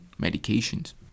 medications